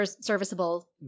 serviceable